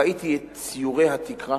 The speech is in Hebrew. ראיתי את ציורי התקרה,